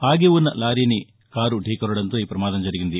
ఆగి ఉన్న లారీని కారు థీకొనడంతో ఈ ప్రమాదం జరిగింది